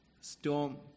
storm